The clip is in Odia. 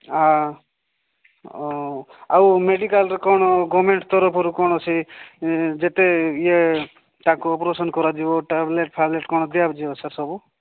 ଓହୋ ଆଉ ମେଡ଼ିକାଲ୍ରେ କ'ଣ ଗଭର୍ଣ୍ଣମେଣ୍ଟ୍ ତରଫରୁ କ'ଣ ସେ ଯେତେ ଇଏ ତାକୁ ଅପରେସନ୍ କରାଯିବ ଟାବ୍ଲେଟ୍ ଫାବ୍ଲେଟ୍ କ'ଣ ଦିଆଯିବ ସାର୍ ସବୁ